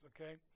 okay